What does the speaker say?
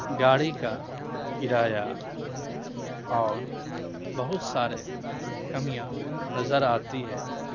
گاڑی کا کرایہ اور بہت سارے کمیاں نظر آتی ہے